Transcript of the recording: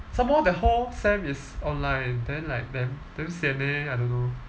some more the whole sem is online then like damn damn sian eh I don't know